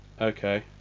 okay